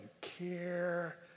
care